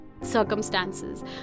circumstances